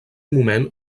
moment